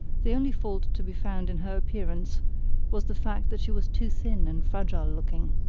the only fault to be found in her appearance was the fact that she was too thin and fragile-looking.